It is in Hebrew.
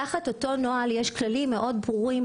תחת אותו הנוהל יש כללים מאוד ברורים